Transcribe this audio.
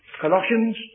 Colossians